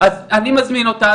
אני מזמין אותך,